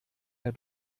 der